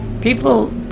People